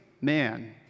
man